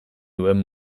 duen